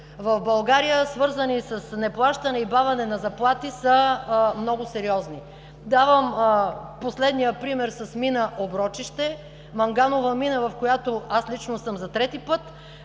в България, свързани с неплащане и бавене на заплати са много сериозни. Давам последния пример с мина „Оброчище“ – манганова мина, в която аз лично съм за трети път.